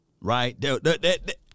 Right